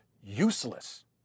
useless